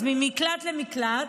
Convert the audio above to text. אז ממקלט למקלט,